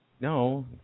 No